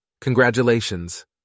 congratulations